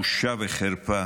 בושה וחרפה.